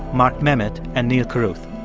mark memmott and neal carruth.